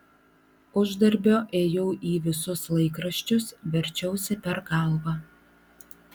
uždarbio ėjau į visus laikraščius verčiausi per galvą